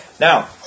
Now